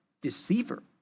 deceiver